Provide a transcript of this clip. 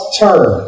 turn